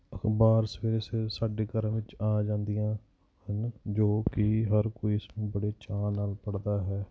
ਅਖ਼ਬਾਰ ਸਵੇਰੇ ਸਵੇਰੇ ਸਾਡੇ ਘਰਾਂ ਵਿੱਚ ਆ ਜਾਂਦੀਆਂ ਹਨ ਜੋ ਕਿ ਹਰ ਕੋਈ ਇਸਨੂੰ ਬੜੇ ਚਾਅ ਨਾਲ ਪੜ੍ਹਦਾ ਹੈ